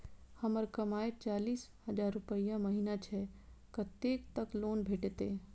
हमर कमाय चालीस हजार रूपया महिना छै कतैक तक लोन भेटते?